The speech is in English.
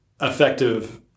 effective